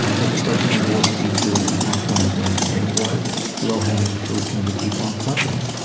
um but the question is, what seeds do we keep on planting, and what low-hanging fruit can we keep on plucking?